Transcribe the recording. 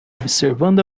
observando